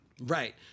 Right